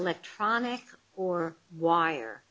electronic or wire